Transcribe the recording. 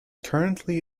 currently